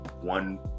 one